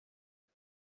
بهت